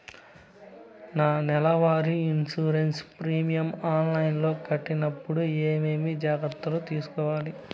నా నెల వారి ఇన్సూరెన్సు ప్రీమియం ఆన్లైన్లో కట్టేటప్పుడు ఏమేమి జాగ్రత్త లు తీసుకోవాలి?